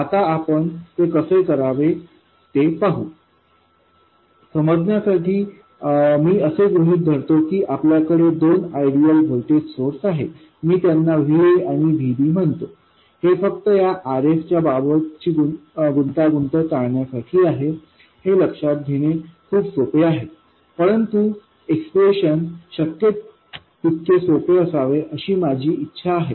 आता आपण हे कसे करावे ते पाहू समजण्यासाठी मी असे गृहीत धरतो की माझ्याकडे दोन आयडियल व्होल्टेज सोर्स आहेत मी त्यांना Va आणि Vb म्हणतो हे फक्त या RSच्या बाबत ची गुंतागुंत टाळण्यासाठी आहे हे लक्षात घेणे खूप सोपे आहे परंतु इक्स्प्रेशन शक्य तितके सोपे असावे अशी माझी इच्छा आहे